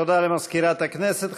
תודה למזכירת הכנסת.